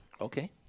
Okay